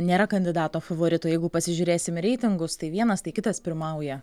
nėra kandidato favorito jeigu pasižiūrėsim į reitingus tai vienas tai kitas pirmauja